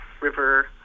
River